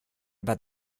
about